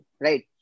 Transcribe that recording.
right